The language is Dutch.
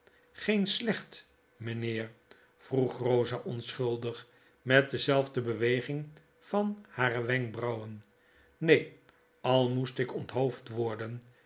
geen sleeht mynheer vroeg eosa onschuldig met dezelfde beweging van hare wenkbrauwen neen al moest ik onthoofd worden